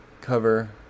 cover